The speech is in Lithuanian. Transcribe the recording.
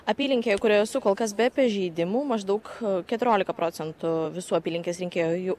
apylinkėje kurioje esu kol kas be pažeidimų maždaug keturiolika procentų visų apylinkės rinkėjų